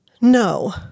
No